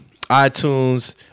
iTunes